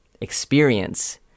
experience